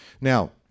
Now